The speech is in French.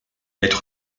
l’être